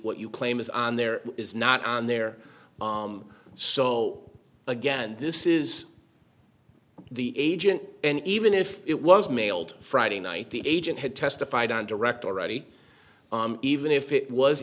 what you claim is on there is not on there so again this is the agent and even if it was mailed friday night the agent had testified on direct already even if it was